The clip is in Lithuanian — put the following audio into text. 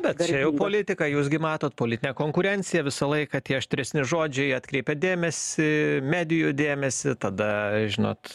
bet čia jau politika jūs gi matot politinė konkurencija visą laiką tie aštresni žodžiai atkreipia dėmesį medijų dėmesį tada žinot